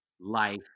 life